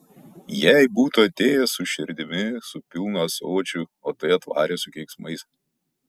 jei būtų atėjęs su širdimi su pilnu ąsočiu o tai atvarė su keiksmais